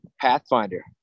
Pathfinder